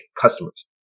customers